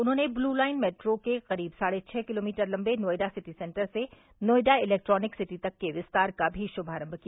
उन्होंने blue line metro के करीब साढ़े छः किलोमीटर लंबे नोएडा सिटी सेन्टर से नोएडा इलेक्ट्रोनिक सिटी तक के विस्तार का भी शुभारंभ किया